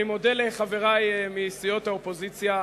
אני מודה לחברי מסיעות האופוזיציה.